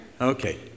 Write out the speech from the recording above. Okay